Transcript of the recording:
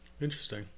Interesting